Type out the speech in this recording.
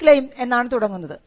V claim എന്നാണ് തുടങ്ങുന്നത്